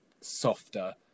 softer